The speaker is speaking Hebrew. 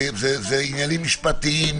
זה עניינים משפטיים,